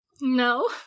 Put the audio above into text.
No